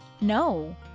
No